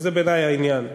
וזה בעיני העניין.